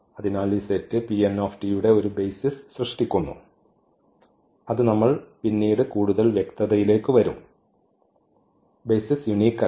അതിനാൽ ഈ സെറ്റ് യുടെ ഒരു ബെയ്സിസ് സൃഷ്ടിക്കുന്നു അത് നമ്മൾ പിന്നീട് കൂടുതൽ വ്യക്തതയിലേക്ക് വരും ബെയ്സിസ് യൂണിക് അല്ല